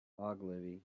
ogilvy